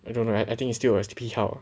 I don't know leh I think is still as a 批号